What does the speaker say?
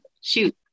Shoot